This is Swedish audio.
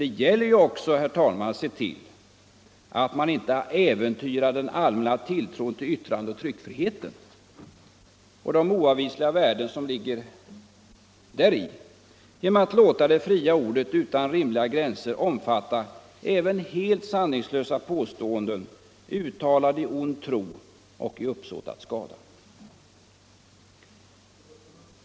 Det gäller ju också, herr talman, att se till att man inte äventyrar den allmänna tilltron till yttrandeoch tryckfriheten och de oavvisliga värden som ligger däri genom att låta det fria ordet — utan rimliga gränser - omfatta även helt sanningslösa påståenden uttalade i ond tro och i uppsåt att skada.